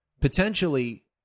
potentially